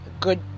good